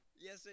Yes